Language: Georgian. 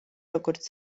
როგორც